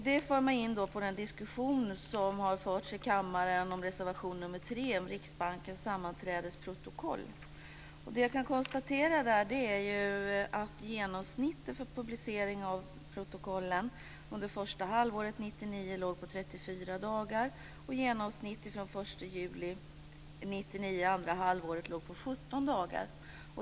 Detta för mig in på den diskussion som förts här i kammaren om reservation 3 som handlar om Riksbankens sammanträdesprotokoll. Vad jag kan konstatera är att genomsnittet för publicering av protokoll under första halvåret 1999 var 34 dagar. Genomsnittet från den 1 juli 1999, under det andra halvåret, var 17 dagar.